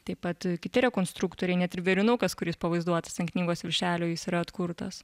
taip pat kiti rekonstruktoriai net ir vėrinukas kuris pavaizduotas ant knygos viršelio jis yra atkurtas